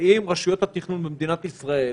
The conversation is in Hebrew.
האם רשויות התכנון במדינת ישראל